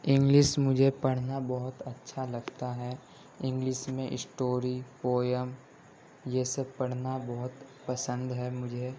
English مجھے پڑھنا بہت اچھا لگتا ہے انگلش میں اسٹوری پویم یہ سب پڑھنا بہت پسند ہے مجھے